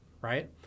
right